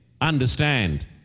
understand